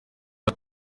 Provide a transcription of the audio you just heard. bya